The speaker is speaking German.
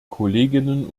kolleginnen